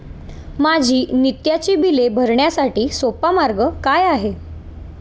माझी नित्याची बिले भरण्यासाठी सोपा मार्ग काय आहे?